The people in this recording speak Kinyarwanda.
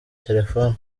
telefoni